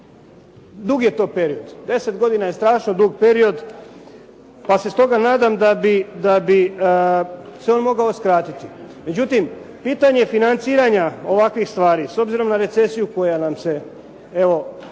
dug je to period. 10 godina je strašno dug period. Pa se stoga nadam da bi se on mogao skratiti. Međutim, pitanje financiranja ovakvih stvari, s obzirom na recesiju koja nam se